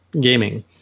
gaming